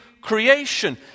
creation